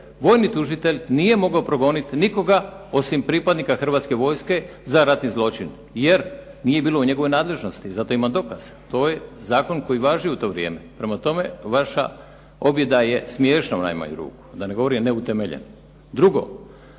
vojni tužitelj nije mogao progoniti nikoga osim pripadnika Hrvatske vojske za ratni zločin, jer nije bilo u njegovoj nadležnosti. Za to imam dokaz. To je zakon koji je važio u to vrijeme. Prema tome, vaša objeda je smiješna u najmanju ruku, da ne govorim neutemeljena. Drugo.